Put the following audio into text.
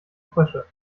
frösche